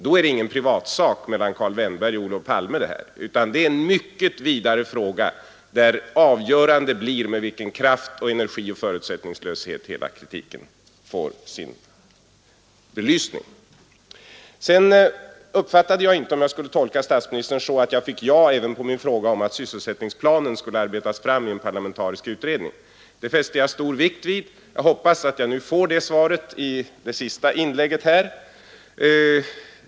Då är detta ingen privatsak mellan Karl Vennberg och Olof Palme utan en mycket viktigare fråga där avgörande blir med vilken kraft och förutsättningslöshet hela kritiken får sin belysning. Sedan uppfattade jag inte om jag skall tolka statsministern så att jag fick ja även på min fråga om huruvida sysselsättningsplanen skall arbetas fram i en parlamentarisk utredning. Det fäster jag stor vikt vid, och jag hoppas att jag får det svaret i statsministerns nästa inlägg.